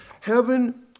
Heaven